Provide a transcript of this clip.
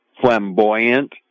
flamboyant